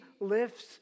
lifts